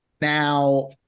Now